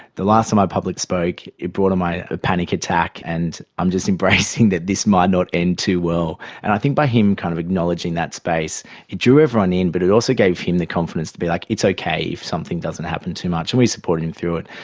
the last time i public spoke it brought on a panic attack, and i'm just embracing that this might not end too well and i think by him kind of acknowledging that space it drew everyone in but it also gave him the confidence to be like, it's okay if something doesn't happen too much, and we supported him through it.